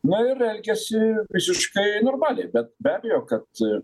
na ir elgiasi visiškai normaliai bet be abejo kad